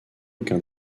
aucun